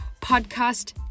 podcast